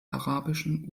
arabischen